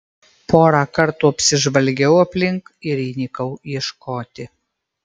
porą kartų apsižvalgiau aplink ir įnikau ieškoti